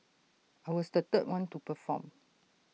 I was the third one to perform